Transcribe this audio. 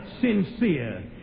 sincere